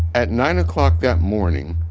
at nine o'clock that morning,